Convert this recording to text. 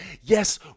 Yes